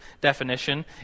definition